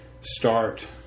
start